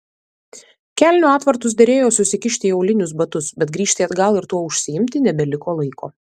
kelnių atvartus derėjo susikišti į aulinius batus bet grįžti atgal ir tuo užsiimti nebeliko laiko